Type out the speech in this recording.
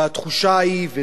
והתחושה היא,